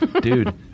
dude